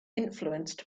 influenced